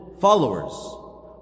followers